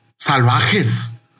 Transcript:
salvajes